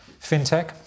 FinTech